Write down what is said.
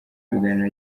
biganiro